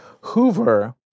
Hoover